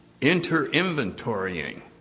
inter-inventorying